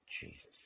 Jesus